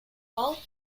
call